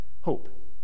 hope